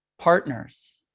partners